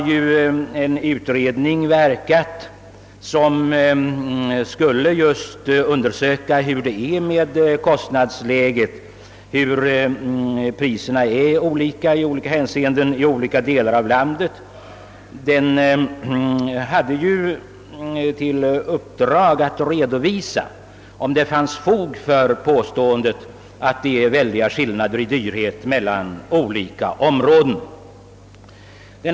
Den utredning som arbetat hade till uppgift att undersöka hur priserna varierar i olika hänseenden i olika delar av landet. Utredningens uppdrag var att påvisa, om det fanns fog för påståendet att det är stora skillnader i priser olika områden emellan.